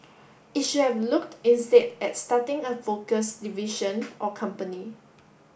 it should have looked instead at starting a focused division or company